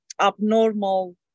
abnormal